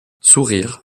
sourire